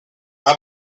how